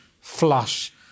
flush